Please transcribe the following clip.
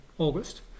August